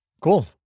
Cool